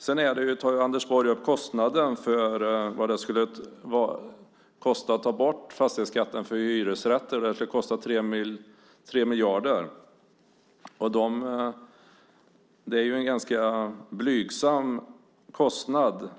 Anders Borg tar upp kostnaden för att ta bort fastighetsskatten för hyresrätter. Det skulle kosta 3 miljarder kronor. Det är en ganska blygsam kostnad.